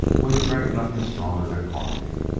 when he drank nothing stronger than coffee,